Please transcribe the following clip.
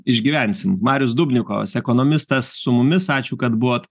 išgyvensim marius dubnikovas ekonomistas su mumis ačiū kad buvot